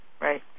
right